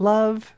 Love